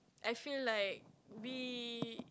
I feel like we